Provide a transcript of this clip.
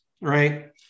right